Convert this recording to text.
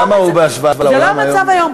כמה הוא בהשוואה לעולם היום?